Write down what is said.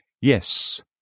Yes